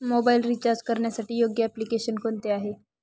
Mobile recharge करण्यासाठी योग्य application कोणते आहे?